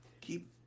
Keep